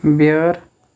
بیٲر